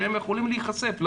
הם יכלו להיחשף,